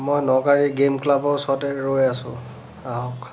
মই ন'গাৰী গেম ক্লাবৰ ওচৰতে ৰৈ আছোঁ আহক